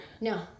No